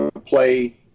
play